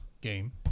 game